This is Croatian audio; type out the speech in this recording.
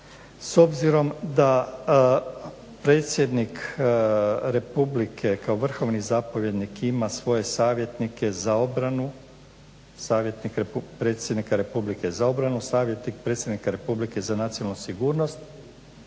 s obzirom da predsjednik Republike kao vrhovni zapovjednik ima svoje savjetnike za obranu, savjetnik predsjednika Republike za obranu, savjetnik predsjednika Republike za nacionalnu sigurnost